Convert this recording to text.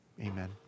Amen